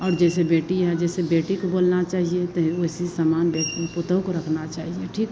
और जैसे बेटी है जैसे बेटी को बोलना चाहिए तो उसी समान पतोह को रखना चाहिए ठीक